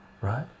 right